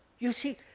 you see,